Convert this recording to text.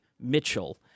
Mitchell